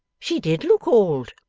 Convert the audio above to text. she did look old